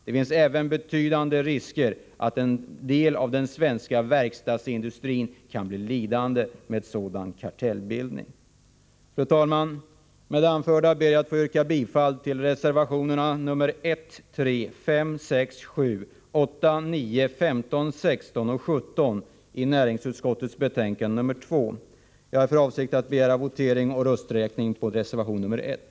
Det finns även betydande risker för att en del av den svenska verkstadsindustrin skulle bli lidande av en sådan kartellbildning. Fru talman! Med det anförda ber jag att få yrka bifall till reservationerna 1, 3, 5, 6, 7, 8, 9, 15, 16 och 17 i näringsutskottets betänkande nr 2. Jag har för avsikt att begära votering och rösträkning i fråga om på reservation 1.